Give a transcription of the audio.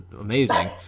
amazing